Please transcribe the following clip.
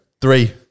three